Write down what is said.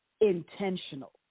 intentional